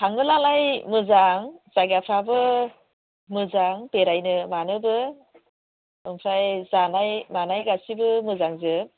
थांब्लालाय मोजां जायगाफ्राबो मोजां बेरायनो मानोबो ओमफ्राय जानाय मानाय गासैबो मोजांजोब